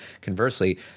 conversely